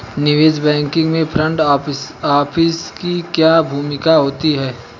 निवेश बैंकिंग में front office की क्या भूमिका होती है?